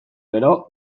gero